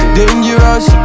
dangerous